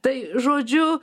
tai žodžiu